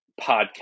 podcast